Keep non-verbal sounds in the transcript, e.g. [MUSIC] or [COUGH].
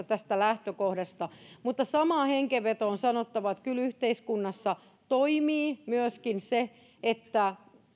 [UNINTELLIGIBLE] tästä lähtökohdasta mutta samaan hengenvetoon on sanottava että kyllä yhteiskunnassa toimii myöskin se että